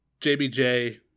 jbj